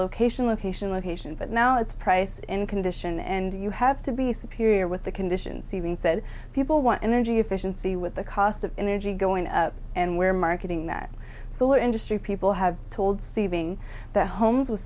location location location but now it's price in condition and you have to be superior with the conditions even said people want energy efficiency with the cost of energy going up and we're marketing that solar industry people have told see being the homes with